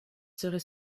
serait